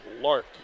Lark